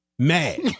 mad